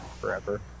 Forever